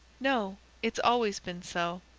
no, it's always been so.